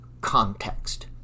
context